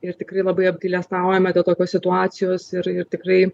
ir tikrai labai apgailestaujame dėl tokios situacijos ir ir tikrai